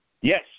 Yes